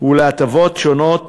ולהטבות שונות